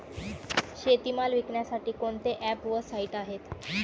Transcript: शेतीमाल विकण्यासाठी कोणते ॲप व साईट आहेत?